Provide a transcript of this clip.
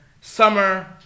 Summer